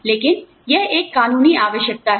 लेकिन यह एक कानूनी आवश्यकता है